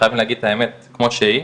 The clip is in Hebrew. צריכים להגיד את האמת כמו שהיא.